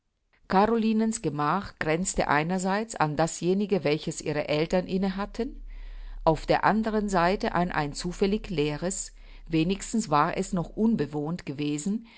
carolinens gemach grenzte einerseits an dasjenige welches ihre eltern inne hatten auf der anderen seite an ein zufällig leeres wenigstens war es noch unbewohnt gewesen